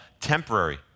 temporary